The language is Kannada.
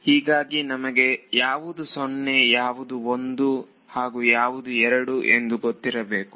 ಹೀಗಾಗಿ ನಮಗೆ ಯಾವುದು 0 ಯಾವುದು 1 ಹಾಗೂ ಯಾವುದು 2 ಎಂದು ಗೊತ್ತಿರಬೇಕು